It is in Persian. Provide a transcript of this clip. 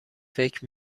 فکر